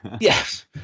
Yes